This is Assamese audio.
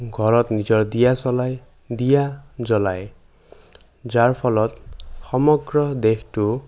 ঘৰত নিজৰ দিয়া চলায় দিয়া জ্বলায় যাৰ ফলত সমগ্ৰ দেশতো